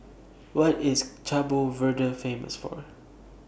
What IS Cabo Verde Famous For